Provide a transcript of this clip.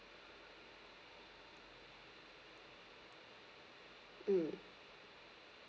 mm